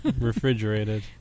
Refrigerated